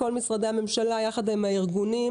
כל משרדי הממשלה יחד עם הארגונים,